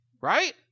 right